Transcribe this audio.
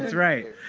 right.